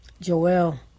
Joel